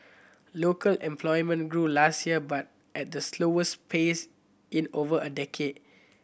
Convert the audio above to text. local employment grew last year but at the slowest pace in over a decade